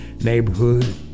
neighborhood